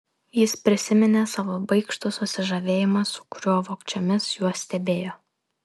jis prisiminė savo baikštų susižavėjimą su kuriuo vogčiomis juos stebėjo